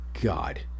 god